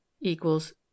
equals